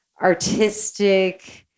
artistic